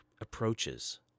approaches